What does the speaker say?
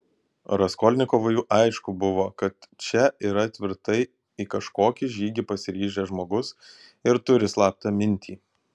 raskolnikovui aišku buvo kad čia yra tvirtai į kažkokį žygį pasiryžęs žmogus ir turi slaptą mintį